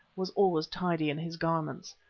was always tidy in his garments.